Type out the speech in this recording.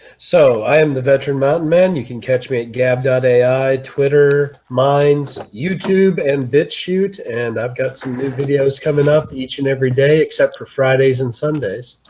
so i am the veteran mountain man. you can catch me at gabby? i twitter mine's youtube and bitch shoot, and i've got some good videos coming up to each and every day except for fridays and sundays